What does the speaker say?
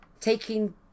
taking